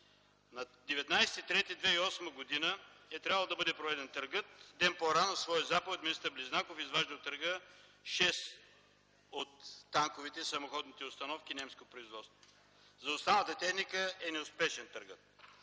На 19 март 2008 г. е трябвало да бъде проведен търгът. Ден по-рано със своя заповед министър Близнаков изважда от търга шест от танковете и самоходните установки, немско производство. За останалата техника търгът